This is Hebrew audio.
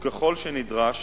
וככל שנדרש